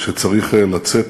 שצריך לצאת